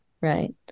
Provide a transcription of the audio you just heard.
Right